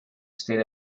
state